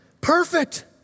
perfect